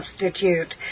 substitute